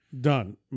Done